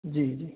जी जी